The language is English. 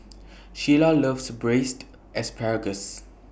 Sheyla loves Braised Asparagus